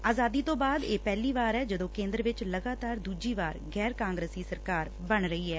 ਆਜ਼ਾਦੀ ਤੋਂ ਬਾਅਦ ਇਹ ਪਹਿਲੀ ਵਾਰ ਐ ਜਦੋਂ ਕੇਂਦਰ ਚ ਲਗਾਤਾਰ ਦੂਜੀ ਵਾਰ ਗੈਰ ਕਾਂਗਰਸੀ ਸਰਕਾਰ ਬਣ ਰਹੀ ਐ